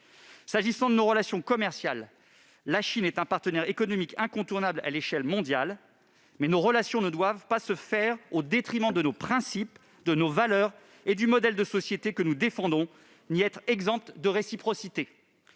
S'agissant de nos relations commerciales, la Chine est un partenaire économique incontournable à l'échelle mondiale, mais nos relations ne doivent ni se faire au détriment de nos principes, de nos valeurs et du modèle de société que nous défendons, ni être exemptes de réciprocité.